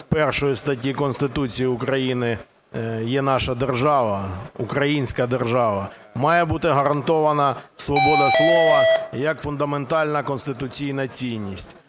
до 1 статті Конституції України наша держава, українська держава, має бути гарантована свобода слова як фундаментальна конституційна цінність.